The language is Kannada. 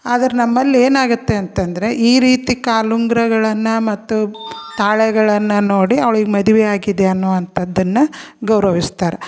ಆದ್ರೆ ನಮ್ಮಲ್ಲಿ ಏನಾಗುತ್ತೆ ಅಂತ ಅಂದ್ರೆ ಈ ರೀತಿ ಕಾಲುಂಗುರಗಳನ್ನ ಮತ್ತು ತಾಳೆಗಳನ್ನು ನೋಡಿ ಅವ್ಳಿಗೆ ಮದುವೆಯಾಗಿದೆ ಅನ್ನುವಂಥದ್ದನ್ನು ಗೌರವಿಸ್ತಾರ